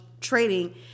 trading